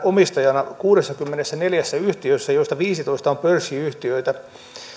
omistajana kuudessakymmenessäneljässä yhtiössä joista viisitoista on pörssiyhtiöitä